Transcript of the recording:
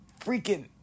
freaking